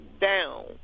down